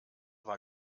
war